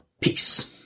peace